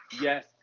Yes